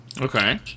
Okay